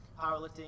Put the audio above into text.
powerlifting